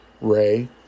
Ray